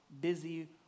busy